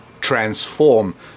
transform